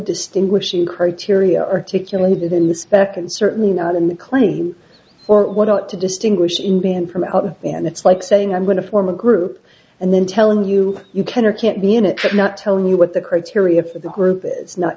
distinguishing criteria articulated in the spec and certainly not in the claim or what i want to distinguish in band from out and it's like saying i'm going to form a group and then telling you you can or can't be an a trip not tell you what the criteria for the group is not